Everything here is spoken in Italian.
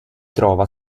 trova